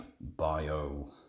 bio